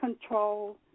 control